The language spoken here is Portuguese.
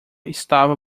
estava